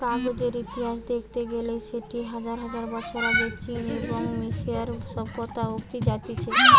কাগজের ইতিহাস দেখতে গেইলে সেটি হাজার হাজার বছর আগে চীন এবং মিশরীয় সভ্যতা অব্দি জাতিছে